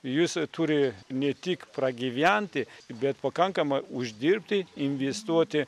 jis turi ne tik pragyventi bet pakankamai uždirbti investuoti